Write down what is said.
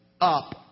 up